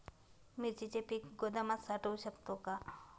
मिरचीचे पीक गोदामात साठवू शकतो का?